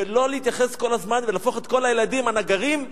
ולא להתייחס כל הזמן ולהפוך את כל הילדים הנגרים,